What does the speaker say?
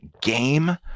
game